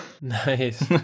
Nice